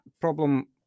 problem